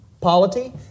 polity